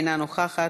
אינה נוכחת,